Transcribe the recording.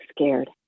scared